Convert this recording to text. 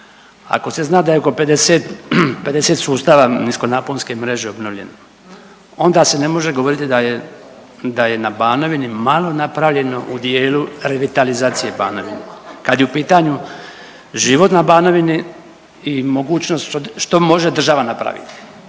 ako se zna da je oko 50, 50 sustava niskonaponske mreže obnovljeno onda se ne može govoriti da je na Banovini malo napravljeno u dijelu revitalizacije Banovine. Kad je u pitanju život na Banovini i mogućnost što može država napraviti